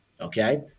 Okay